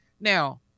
Now